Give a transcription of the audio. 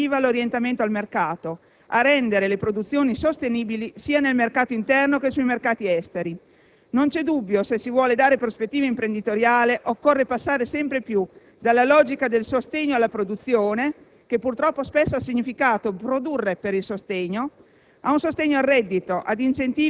a potenziare la capacità competitiva, l'orientamento al mercato, a rendere le produzioni sostenibili sia nel mercato interno che sui mercati esteri. Non c'è dubbio: se si vuole dare prospettiva imprenditoriale, occorre passare sempre più dalla logica del sostegno alla produzione (che purtroppo spesso ha significato produrre per il sostegno)